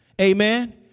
Amen